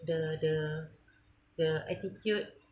the the the attitude